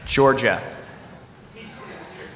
Georgia